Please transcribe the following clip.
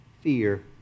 fear